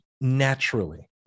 naturally